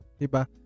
diba